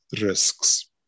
risks